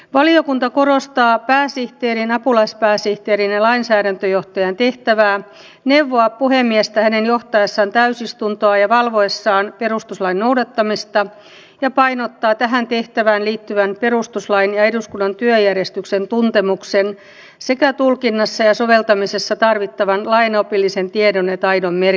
valiokunta korostaa pääsihteerin apulaispääsihteerin ja lainsäädäntöjohtajan tehtävää neuvoa puhemiestä hänen johtaessaan täysistuntoa ja valvoessaan perustuslain noudattamista ja painottaa tähän tehtävään liittyvän perustuslain ja eduskunnan työjärjestyksen tuntemuksen sekä tulkinnassa ja soveltamisessa tarvittavan lainopillisen tiedon ja taidon merkitystä